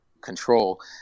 control